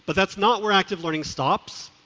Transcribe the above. but that's not where active learning stops,